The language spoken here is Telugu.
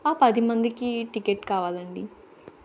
పదిమందికి టికెట్ కావాలండి